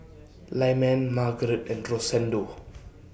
Lyman Margarete and Rosendo